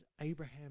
Abraham